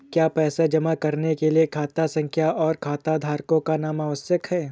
क्या पैसा जमा करने के लिए खाता संख्या और खाताधारकों का नाम आवश्यक है?